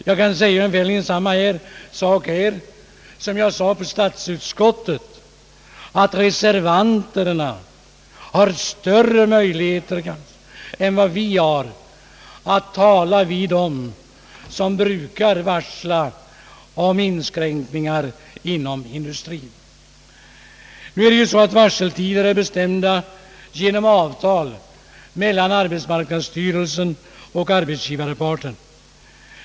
Jag kan säga samma sak här som jag sade i statsutskottet, att reservanterna har större möjligheter än vi att tala med dem som brukar varsla om inskränkningar inom industrin. Nu är det ju så att varseltiderna är bestämda genom avtal mellan arbetsmarknadsstyrelsen och arbetsgivarparten.